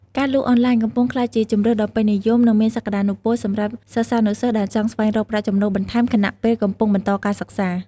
ការលក់អនឡាញកំពុងក្លាយជាជម្រើសដ៏ពេញនិយម និងមានសក្ដានុពលសម្រាប់សិស្សានុសិស្សដែលចង់ស្វែងរកប្រាក់ចំណូលបន្ថែម ខណៈពេលកំពុងបន្តការសិក្សា។